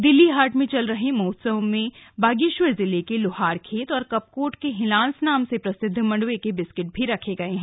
दिल्ली हाट में चल रहे महोत्सव में बागेश्वर जिले के लोहारखेत कपकोट के हिलांस नाम से प्रसिद्ध मंडुवे के बिस्कुट भी रखे गए हैं